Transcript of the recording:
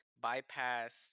bypass